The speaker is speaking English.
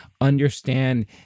understand